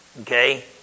Okay